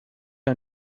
are